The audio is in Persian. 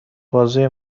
بازوی